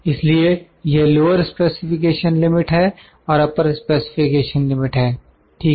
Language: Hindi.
इसलिए यह लोअर स्पेसिफिकेशन लिमिट है और अपर स्पेसिफिकेशन लिमिट है ठीक है